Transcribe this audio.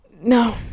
No